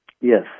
Yes